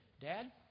Dad